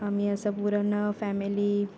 आम्ही असं पूर्ण फॅमिली